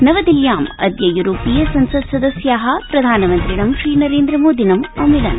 नवदिल्ल्याम् अद्य यूरोपीय संसत्सदस्या प्रधानमन्त्रिणं नरेन्द्र मोदिनम् अमिलन्